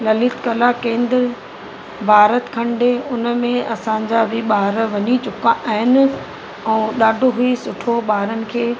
ललित कला केंद्र भारखंडे उन में असांजा बि ॿार वञी चुका आहिनि ऐं ॾाढो ई सुठो ॿारनि खे